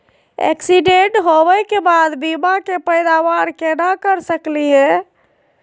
Accident होवे के बाद बीमा के पैदावार केना कर सकली हे?